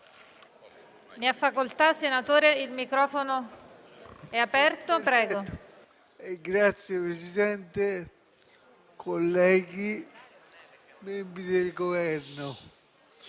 Signor Presidente, colleghi, membri del Governo,